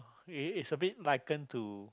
it it's a bit liken to